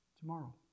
Tomorrow